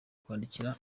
kwandikira